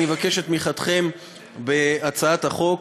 אני מבקש את תמיכתכם בהצעת החוק.